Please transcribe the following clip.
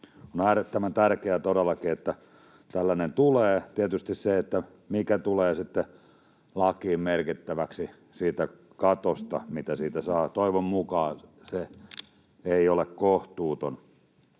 On äärettömän tärkeää todellakin, että tällainen lakimuutos tulee. Tietysti se, mikä tulee sitten lakiin merkittäväksi siitä katosta, mitä siitä saa periä, ei toivon mukaan ole kohtuuton